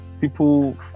people